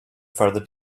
further